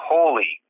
Holy